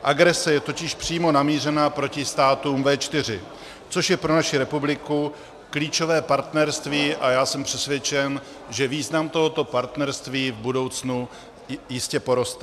Agrese je totiž přímo namířena proti státům V4, což je pro naši republiku klíčové partnerství, a já jsem přesvědčen, že význam tohoto partnerství v budoucnu jistě poroste.